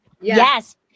Yes